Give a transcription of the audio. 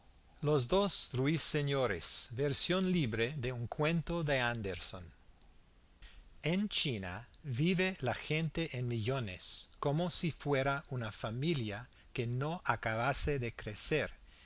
los dos ruiseñores versión libre de un cuento de andersen en china vive la gente en millones como si fuera una familia que no acabase de crecer